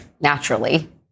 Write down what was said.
naturally